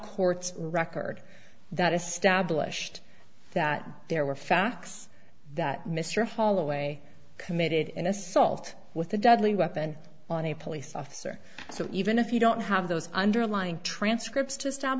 court's record that established that there were facts that mr holloway committed an assault with a deadly weapon on a police officer so even if you don't have those underlying transcripts